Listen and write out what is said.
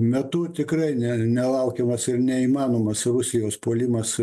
metu tikrai ne nelaukiamas ir neįmanomas rusijos puolimas